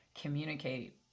communicate